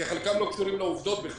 חלקם לא קשורים לעובדות.